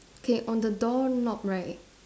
okay on the doorknob right